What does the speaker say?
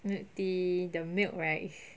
milk tea the milk right is